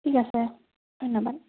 ঠিক আছে ধন্যবাদ